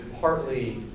partly